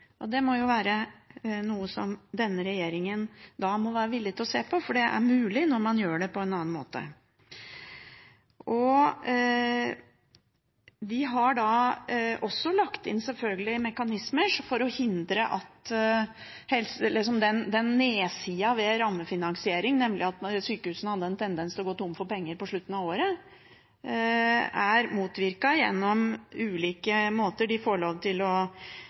og det må jo være noe som denne regjeringen må være villig til å se på, for det er mulig når man gjør det på en annen måte. De har selvfølgelig også lagt inn mekanismer slik at nedsiden ved rammefinansiering, nemlig at sjukehusene hadde en tendens til å gå tom for penger på slutten av året, er motvirket gjennom ulike tiltak. De får lov til å